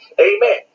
Amen